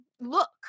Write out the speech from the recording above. look